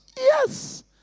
Yes